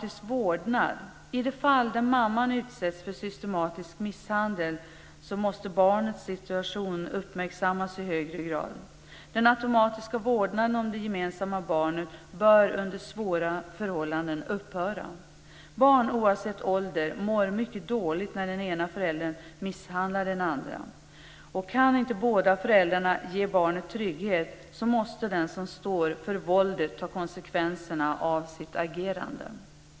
I de fall där mamman utsätts för systematisk misshandel måste barnets situation uppmärksammas i högre grad. Den automatiska vårdnaden om det gemensamma barnet bör under svåra förhållanden upphöra. Barn oavsett ålder mår mycket dåligt när den ena föräldern misshandlar den andra. Kan inte båda föräldrarna ge barnet trygghet måste den som står för våldet ta konsekvenserna av sitt agerande.